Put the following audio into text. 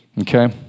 Okay